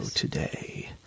today